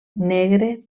negre